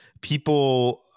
people